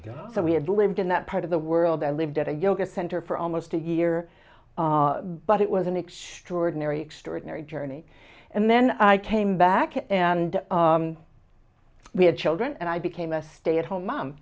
so we had lived in that part of the world i lived at a yoga center for almost a year but it was an extraordinary extraordinary journey and then i came back and we had children and i became a stay at home mom